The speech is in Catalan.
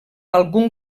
algun